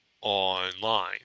online